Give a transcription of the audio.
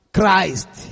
Christ